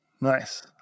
nice